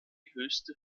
höchste